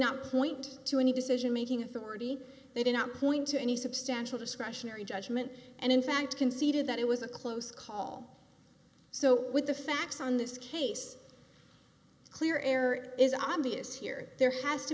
not point to any decision making authority they did not point to any substantial discretionary judgment and in fact conceded that it was a close call so with the facts on this case clear air is obvious here there has to